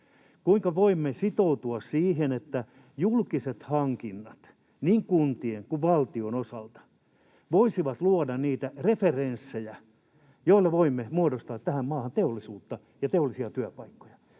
Kuinka voimme sitoutua siihen, että julkiset hankinnat niin kuntien kuin valtion osalta voisivat luoda niitä referenssejä, joilla voimme muodostaa tähän maahan teollisuutta ja teollisia työpaikkoja?